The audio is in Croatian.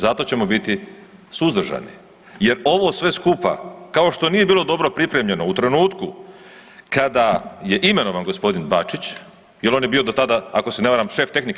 Zato ćemo biti suzdržani, jer ovo sve skupa kao što nije bilo dobro pripremljeno u trenutku kada je imenovan gospodin Bačić jer on je bio do tada ako se ne varam šef tehnike.